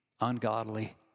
ungodly